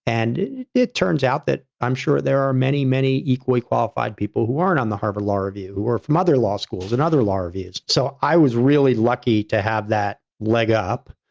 and it turns out that i'm sure there are many, many equally qualified people who aren't on the harvard law review, or from other law schools and other law reviews, so i was really lucky to have that leg up.